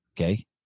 Okay